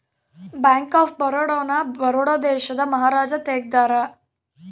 bank of Baroda ನ ಬರೋಡ ದೇಶದ ಮಹಾರಾಜ ತೆಗ್ದಾರ